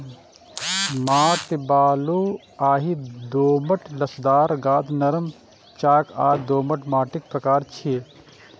माटि बलुआही, दोमट, लसदार, गाद, नरम, चाक आ दोमट माटिक प्रकार छियै